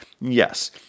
Yes